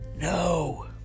no